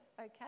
okay